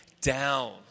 down